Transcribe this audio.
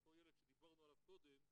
אותו ילד שדיברנו עליו קודם,